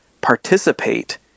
participate